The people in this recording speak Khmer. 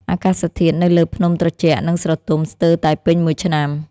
អាកាសធាតុនៅលើភ្នំត្រជាក់ និងស្រទំស្ទើរតែពេញមួយឆ្នាំ។